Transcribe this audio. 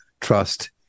trust